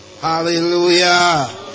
Hallelujah